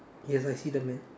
yes I see the man